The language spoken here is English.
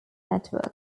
networks